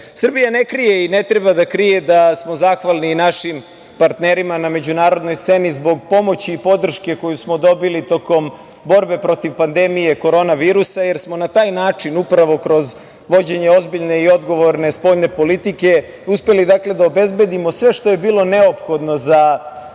zemlje. Srbija ne krije i ne treba da krije da smo zahvalni i našim partnerima na međunarodnoj sceni zbog pomoći i podrške koju smo dobili tokom borbe protiv pandemije korona virusa, jer smo na taj način, upravo kroz vođenje ozbiljne i odgovorne spoljne politike, uspeli da obezbedimo sve što je bilo neophodno za građane